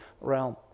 realm